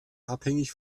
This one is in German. abhängig